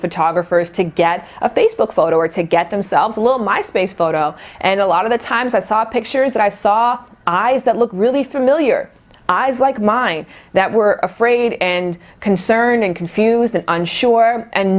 photographers to get a facebook photo or to get themselves a little my space photo and a lot of the times i saw pictures that i saw eyes that looked really familiar eyes like mine that were afraid and concerned and confused and unsure and